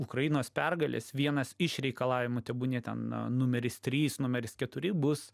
ukrainos pergalės vienas iš reikalavimų tebūnie ten numeris trys numeris keturi bus